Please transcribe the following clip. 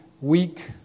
weak